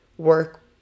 work